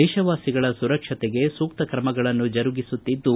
ದೇಶವಾಸಿಗಳ ಸುರಕ್ಷತೆಗೆ ಸೂಕ್ತ ಕ್ರಮಗಳನ್ನು ಜರುಗಿಸುತ್ತಿದ್ದು